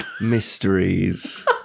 mysteries